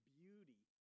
beauty